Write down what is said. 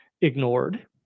ignored